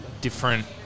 different